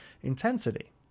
intensity